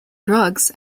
drugs